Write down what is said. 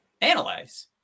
analyze